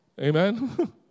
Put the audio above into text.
Amen